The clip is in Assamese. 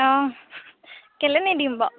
অঁ কেলে নিদিম বাৰু